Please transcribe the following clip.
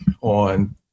on